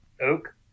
Oak